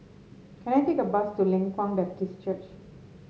can I take a bus to Leng Kwang Baptist Church